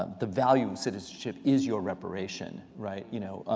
ah the value of citizenship is your reparation. right? you know,